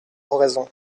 oraison